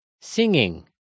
Singing